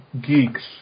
geeks